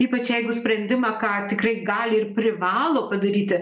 ypač jeigu sprendimą ką tikrai gali ir privalo padaryti